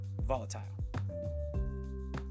volatile